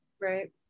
right